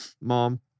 mom